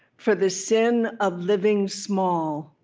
for the sin of living small